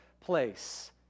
place